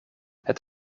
het